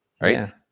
right